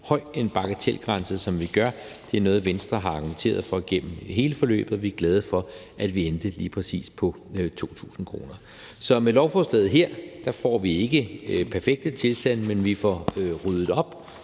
høj en bagatelgrænse, som vi gør. Det er noget, Venstre har argumenteret for igennem hele forløbet, og vi er glade for, at vi endte lige præcis på 2.000 kr. Så med lovforslaget her får vi ikke perfekte tilstande, men vi får ryddet op,